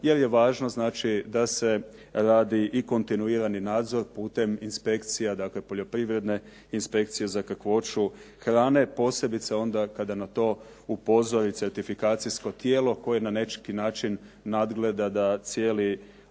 jer je važno znači da se radi i kontinuirani nadzor putem inspekcija, dakle Poljoprivredne inspekcije za kakvoću hrane, posebice onda kada na to upozori certifikacijsko tijelo koje na … /Govornik se ne razumije./…